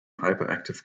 hyperactive